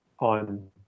on